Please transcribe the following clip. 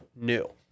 new